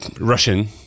Russian